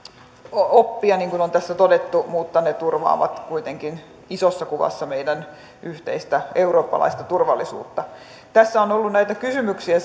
oppia niin kuin on tässä todettu mutta ne turvaavat kuitenkin isossa kuvassa meidän yhteistä eurooppalaista turvallisuutta tässä on on ollut näitä kysymyksiä